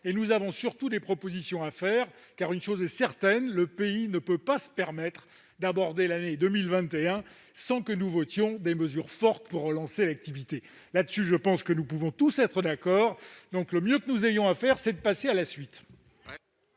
nous avons des propositions à faire, car, une chose est certaine, le pays ne peut pas se permettre d'aborder l'année 2021 sans que nous votions des mesures fortes pour relancer l'activité. Je pense que nous pouvons tous être d'accord sur ce point. Le mieux que nous ayons à faire est donc de passer à la suite.